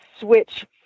switch